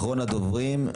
אחרון הדוברים,